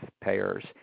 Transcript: payers